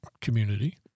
community